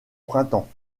printemps